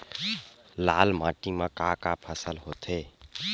लाल माटी म का का फसल होथे?